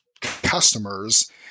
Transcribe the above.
customers